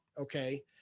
okay